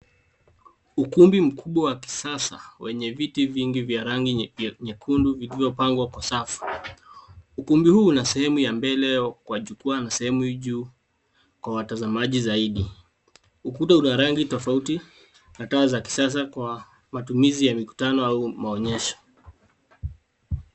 Ukumbi mkubwa wa kisasa wenye viti vingi vya rangi nyekundu vilivyopangwa kwa safu, ukumbi huu una sehemu ya mbele kwa jukwaa na sehemu hii juu kwa watazamaji zaidi ,ukuta una rangi tofauti na taa za kisasa kwa matumizi ya mikutano au maonyesho.